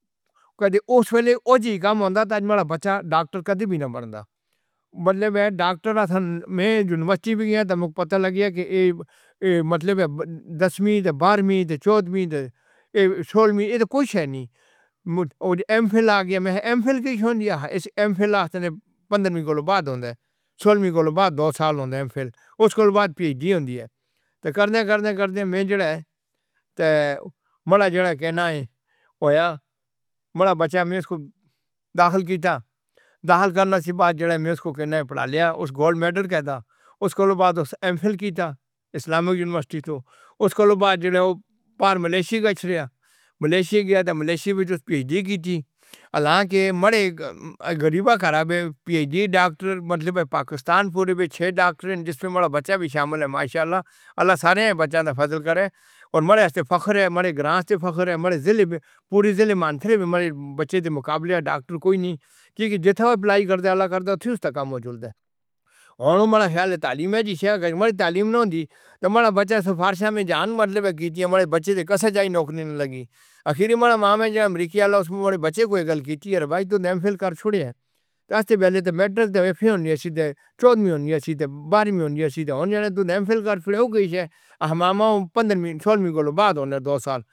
کیوں کہ اُس والے اوج کا مڈّا تاں ہمارا بچّہ ڈاکٹر کبھی وی نہ بندا، مطلب ڈاکٹر ہن۔ میں جو مسجد گیا سی، مُجھے پتہ لگ گیا کہ ایہ مطلب دسویں، بارہویں تے چودہویں تے سولہویں کچھ نہیں، مُجھے ایم فل آ گیا۔ میں ایم فل دی ہو گئی اے۔ ایس ایم فل یا پندرویں دے بعد ہوندا سولہویں دے بعد دو سال ہوندا ایم فل، اُس دے بعد پی ایچ ڈی ہوندی اے۔ تاں کردے۔ کردے۔ کردے میں جو اے تاں ہمارا جو کہنا اے اوہ ہمارا بچّہ اِسکو داخل کیتا۔ داخل کرنے دے بعد جو میں اُسنوں پڑھا لیا۔ اُس گولڈ میڈل کہندا سی۔ اُس دے بعد اُس ایم فل کیتا۔ اسلامی یونیورسٹی تاں اُس دے بعد جدوں اوہ باہر ملائشیا گیا سی، ملائشیا گیا سی۔ ملائشیا وچ تاں پی ایچ ڈی کیتی۔ حالانکہ ہمارے غریب گھر پی ایچ ڈی ڈاکٹر، مطلب پاکستان۔ پورے چھ ڈاکٹر جس وچ ہمارا بچّہ وی شامل اے۔ ماشاءاللہ اللہ سر بچّاں دا فضل کرے تے ہمارے اِس تے فخر اے۔ ہمارے گاں توں فخر اے۔ ہمارے ضلع وچ پورے ضلع وچ باقی بچّاں دے مقابلے ڈاکٹر کوئی نئیں۔ کیوں کہ جیسا اپلائی کردے نیں، اللہ کردے ہو تاں کم موجود ہو۔ ہمارا خیال تعلیم جیسے ہماری تعلیم نہ ہووے گی تاں ہمارا بچّہ سفرشمی جان میں کیتی۔ ہمارے بچّے کسے چاہے نوکری نہ لگی۔ آخری ہمارا ماما امریکہ وچ بچّے کوئی غلطی کیتی تے بھائی تُو ایم فل کر چھوڑ۔ ہمارے پہلے تاں میٹرو تاں این جی سی سی سن، چودہ وچ ہون جی ایس سی سن، بارہ وچ ہون جی ایس سی سن تے ہن ایم فل کر رہے ہو کیویں؟ ہم ماما پندرہ وچ سولہ وچ بعد ہونڈے دو سال۔